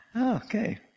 Okay